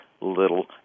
little